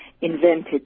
invented